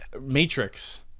Matrix